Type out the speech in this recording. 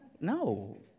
no